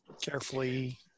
Carefully